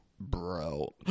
Bro